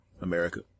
America